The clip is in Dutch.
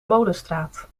molenstraat